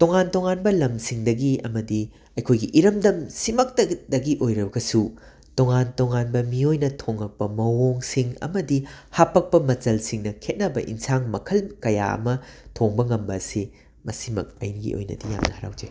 ꯇꯣꯉꯥꯟ ꯇꯣꯉꯥꯟꯕ ꯂꯝꯁꯤꯡꯗꯒꯤ ꯑꯃꯗꯤ ꯑꯩꯈꯣꯏꯒꯤ ꯏꯔꯝꯗꯝ ꯁꯤꯃꯛꯇꯒꯗꯒꯤ ꯑꯣꯏꯔꯒꯁꯨ ꯇꯣꯉꯥꯟ ꯇꯣꯉꯥꯟꯕ ꯃꯤꯑꯣꯏꯅ ꯊꯣꯡꯂꯛꯄ ꯃꯑꯣꯡꯁꯤꯡ ꯑꯃꯗꯤ ꯍꯥꯞꯄꯛꯄ ꯃꯆꯜꯁꯤꯡꯅ ꯈꯦꯠꯅꯕ ꯏꯟꯁꯥꯡ ꯃꯈꯜ ꯀꯌꯥ ꯑꯃ ꯊꯣꯡꯕ ꯉꯝꯕꯁꯤ ꯃꯁꯤꯃꯛ ꯑꯩꯒꯤ ꯑꯣꯏꯅꯗꯤ ꯌꯥꯝꯅ ꯍꯔꯥꯎꯖꯩ